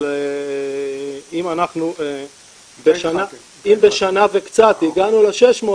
אבל אם בשנה וקצת הגענו ל-600,